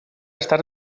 estar